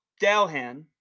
Dalhan